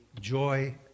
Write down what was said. joy